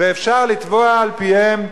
ואפשר לתבוע על-פיהם,